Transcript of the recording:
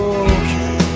okay